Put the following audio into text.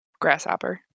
Grasshopper